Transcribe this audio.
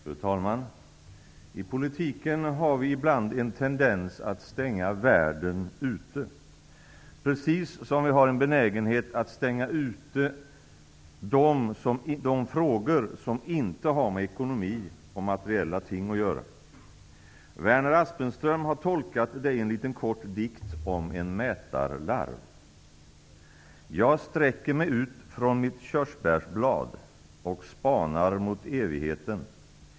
Fru talman! I politiken har vi ibland en tendens att stänga världen ute, precis som vi har en benägenhet att stänga ute de frågor som inte har med ekonomi och materiella ting att göra. Werner Aspenström har tolkat det i en liten kort dikt om en mätarlarv: f413 > Jag sträcker mig ut från mitt körsbärsblad och spanar mot evigheten.